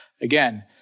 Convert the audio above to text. Again